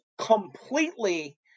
completely